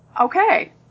okay